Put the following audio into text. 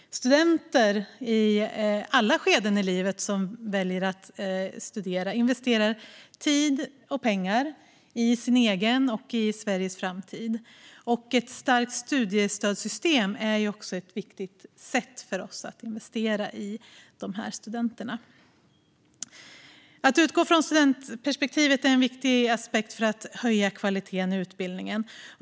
Studenter i alla skeden av livet som väljer att studera investerar tid och pengar i sin egen och Sveriges framtid. Ett starkt studiestödssystem är också ett viktigt sätt för oss att investera i studenterna. Att utgå från studentperspektivet är viktigt för att höja kvaliteten i utbildningen.